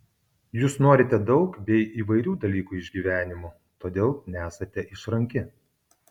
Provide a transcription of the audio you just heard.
jūs norite daug bei įvairių dalykų iš gyvenimo todėl nesate išranki